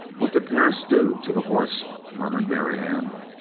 what did perris do to the horse? murmured marianne.